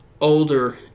older